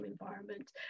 environment